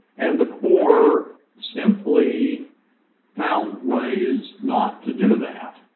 and the corps simply found ways not to do that.